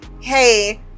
hey